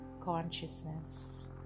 consciousness